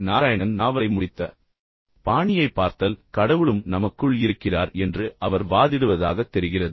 நாராயணன் நாவலை முடித்த பாணியை பார்த்தல் கடவுளும் நமக்குள் இருக்கிறார் என்று அவர் வாதிடுவதாகத் தெரிகிறது